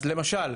למשל,